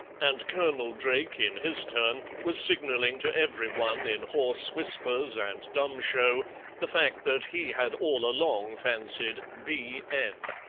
and colonel drake, in his turn, was signalling to every one in hoarse whispers and dumb-show the fact that he had all along fancied b n.